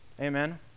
Amen